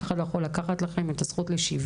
אף אחד לא יכול לקחת לכם את הזכות לשוויון.